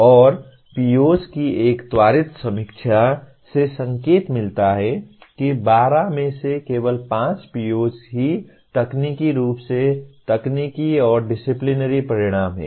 और POs की एक त्वरित समीक्षा से संकेत मिलता है कि 12 में से केवल 5 POs ही तकनीकी रूप से तकनीकी और डिसिपिलिनरी परिणाम हैं